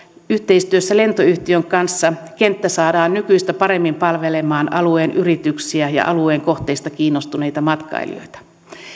yhteistyössä lentoyhtiön kanssa kenttä saadaan nykyistä paremmin palvelemaan alueen yrityksiä ja alueen kohteista kiinnostuneita matkailijoita